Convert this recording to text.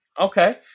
Okay